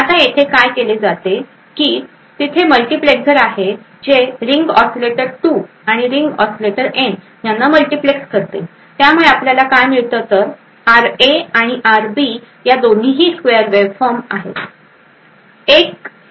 आता येथे काय केले जाते की तिथे मल्टिप्लेक्सझर आहे जे रिंग ऑसीलेटर 2 आणि रिंग ऑसीलेटर N यांना मल्टिप्लेक्स करते त्यामुळे आपल्याला काय मिळतं आर ए आणि आर बी या दोन्हीही स्क्वेयर वेव्हफॉर्म आहेत